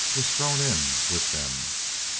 was thrown in with them.